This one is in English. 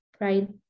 right